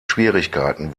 schwierigkeiten